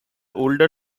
older